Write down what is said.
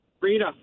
Rita